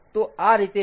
તો આ રીતે છે